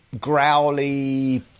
growly